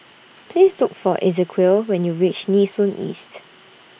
Please Look For Ezequiel when YOU REACH Nee Soon East